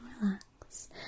relax